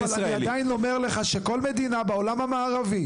אבל אני עדיין אומר לך שכל מדינה בעולם המערבי